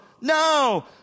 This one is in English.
no